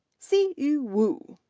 siyu wu,